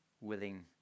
willing